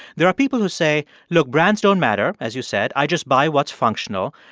there are people who say, look brands don't matter, as you said. i just buy what's functional.